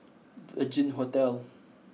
Regin Hotel